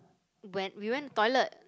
when we went toilet